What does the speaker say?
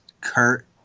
kurt